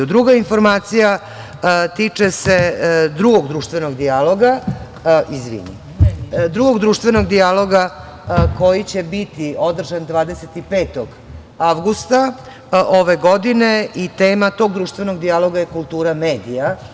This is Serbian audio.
Druga informacija tiče se drugog društvenog dijaloga koji će biti održan 25. avgusta ove godine i tema tog društvenog dijaloga je kultura medija.